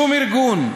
שום ארגון,